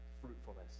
fruitfulness